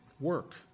work